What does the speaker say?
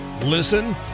Listen